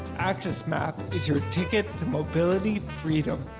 axs map is your ticket to mobility freedom.